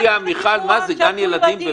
יוליה, מיכל, מה זה גן ילדים?